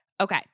Okay